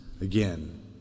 again